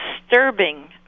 disturbing